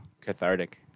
Cathartic